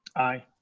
aye.